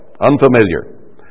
unfamiliar